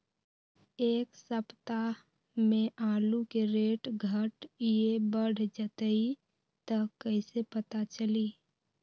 एक सप्ताह मे आलू के रेट घट ये बढ़ जतई त कईसे पता चली?